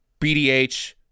BDH